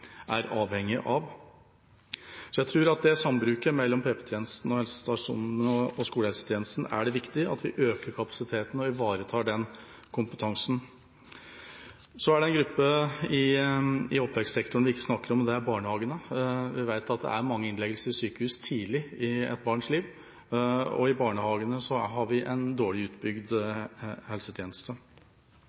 avhengig av. Så jeg tror det er viktig at vi øker kapasiteten i sambruket mellom PP-tjenesten, helsestasjonene og skolehelsetjenesten og ivaretar den kompetansen. Det er en gruppe i oppvekstsektoren som vi ikke snakker om, og det er barnehagene. Vi vet at det er mange innleggelser på sykehus tidlig i et barns liv, og i barnehagene har vi en dårlig utbygd helsetjeneste.